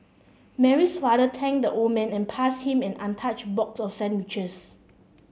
Mary's father thanked the old man and passed him an untouched box of sandwiches